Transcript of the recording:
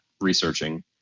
researching